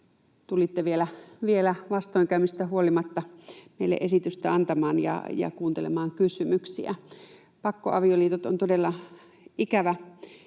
tulitte vielä vastoinkäymisistä huolimatta meille esitystä antamaan ja kuuntelemaan kysymyksiä. Pakkoavioliitot ovat todella ikävä